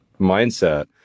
mindset